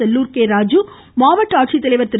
செல்லூர் ராஜீ மாவட்ட ஆட்சித்தலைவர் திரு